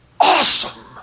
awesome